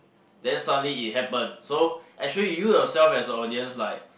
then suddenly it happen so actually you yourself as the audience like